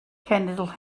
cenedl